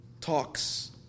talks